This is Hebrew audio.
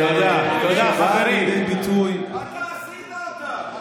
-- שבאה לידי ביטוי --- והם עשו אותך.